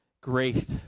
great